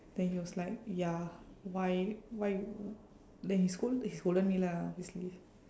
then he was like ya why why then he scold he scolded me lah obviously